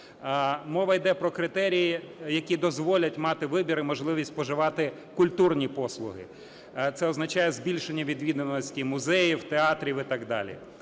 Мова йде про критерії, які дозволять мати вибір і можливість споживати культурні послуги. Це означає збільшення відвідуваності музеїв, театрів і так далі.